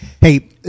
Hey